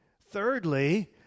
Thirdly